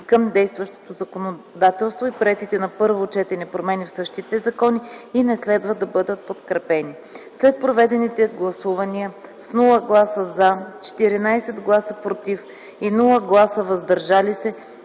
към действащото законодателство и приетите на първо четене промени в същите закони и не следва да бъдат подкрепени. След проведените гласувания без „за” и „въздържали се”